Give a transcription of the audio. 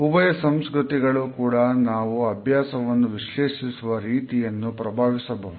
ಉಭಯ ಸಂಸ್ಕೃತಿಗಳು ಕೂಡ ನಾವು ಅಭ್ಯಾಸವನ್ನು ವಿಶ್ಲೇಷಿಸುವ ರೀತಿಯನ್ನು ಪ್ರಭಾವಿ ಸಬಹುದು